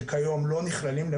שכיום לא נכללים,